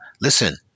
listen